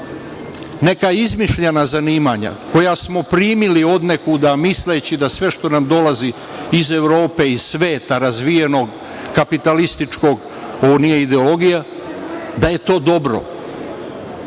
neka izmišljena zanimanja koja smo primili odnekuda, misleći da sve što nam dolazi iz Evrope i sveta razvijenog, kapitalističkog, ovo nije ideologija, da je to dobro.